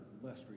less